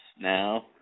now